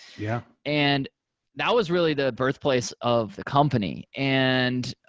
yeah and that was really the birthplace of the company. and